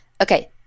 Okay